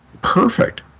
Perfect